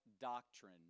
doctrine